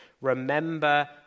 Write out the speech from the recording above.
remember